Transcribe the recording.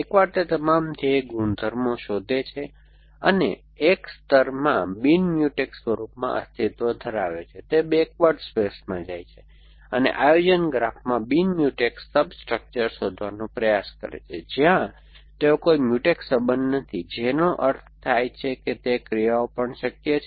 એકવાર તે તમામ ધ્યેય ગુણધર્મો શોધે છે તે એક સ્તરમાં બિન મ્યુટેક્સ સ્વરૂપમાં અસ્તિત્વ ધરાવે છે તે બેકવર્ડ સ્પેસમાં જાય છે અને આયોજન ગ્રાફમાં બિન મ્યુટેક્સ સબસ્ટ્રક્ચર શોધવાનો પ્રયાસ કરે છે જ્યાં તેઓ કોઈ મ્યુટેક્સ સંબંધો નથી જેનો અર્થ છે કે તે ક્રિયાઓ પણ શક્ય છે